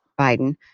Biden